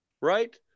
Right